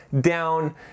down